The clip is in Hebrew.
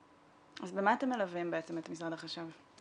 אז במה אתם מלווים בעצם את משרד החשב?